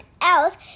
else